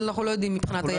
כלומר אנחנו לא יודעים מה היחס.